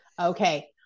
okay